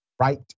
right